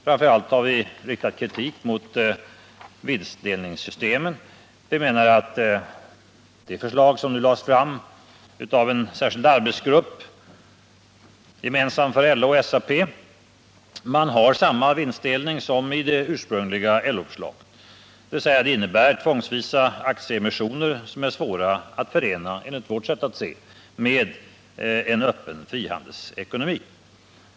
Framför allt har vi riktat kritik mot vinstdelningssystemet. Vi menar att det förslag som lades fram av en gemensam arbetsgrupp för LO och SAP innebär samma vinstdelning som i det ursprungliga LO-förslaget, dvs. det innebär tvångsvisa aktieemissioner, vilka enligt vårt sätt att se inte kan förenas med en öppen frihandelsekonomi.